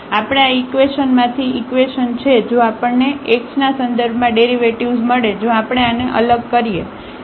તેથી આપણે આ ઇકવેશન માંથી આ ઇકવેશન છે જો આપણને x ના સંદર્ભમાં ડેરિવેટિવ્ઝ મળે જો આપણે આને અલગ કરીએ